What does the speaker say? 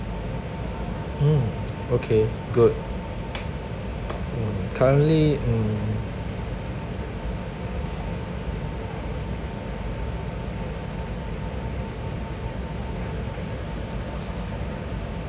mm okay good mm currently mm